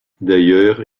d’ailleurs